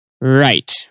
Right